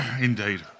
indeed